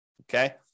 Okay